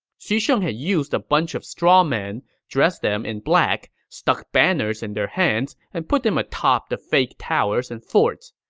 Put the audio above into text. xu sheng had used a bunch of strawmen, dressed them in black, stuck banners in their hands, and put them atop the fake towers and forts.